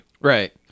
Right